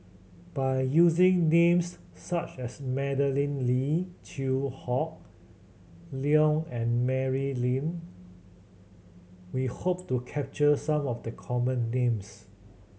by using names such as Madeleine Lee Chew Hock Leong and Mary Lim we hope to capture some of the common names